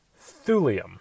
thulium